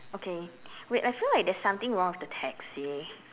okay wait I feel like there's something wrong with the taxi